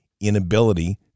inability